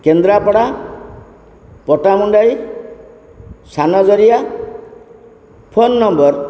Kendrapara Pattamundai Sanjaria phone number